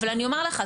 אבל אני אומר לך,